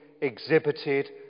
exhibited